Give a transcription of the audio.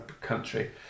country